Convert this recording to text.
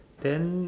then